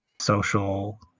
social